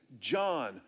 John